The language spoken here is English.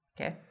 Okay